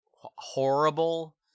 horrible